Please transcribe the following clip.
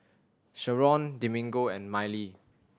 Sheron Domingo and Mylee